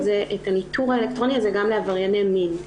הניטור האלקטרוני הזה גם לעברייני מין.